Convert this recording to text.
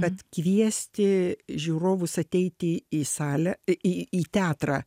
bet kviesti žiūrovus ateiti į salę i į į teatrą